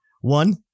One